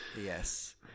Yes